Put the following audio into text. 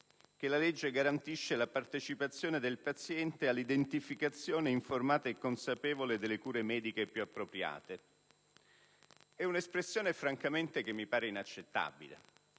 che la legge garantisce la partecipazione del paziente all'identificazione informata e consapevole delle cure mediche più appropriate. E' una espressione francamente inaccettabile.